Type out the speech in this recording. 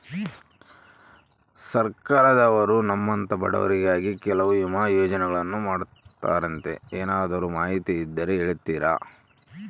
ಸರ್ಕಾರದವರು ನಮ್ಮಂಥ ಬಡವರಿಗಾಗಿ ಕೆಲವು ವಿಮಾ ಯೋಜನೆಗಳನ್ನ ಮಾಡ್ತಾರಂತೆ ಏನಾದರೂ ಮಾಹಿತಿ ಇದ್ದರೆ ಹೇಳ್ತೇರಾ?